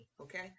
Okay